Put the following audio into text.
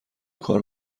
کار